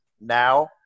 now